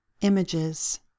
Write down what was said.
images